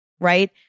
right